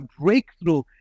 breakthrough